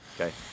Okay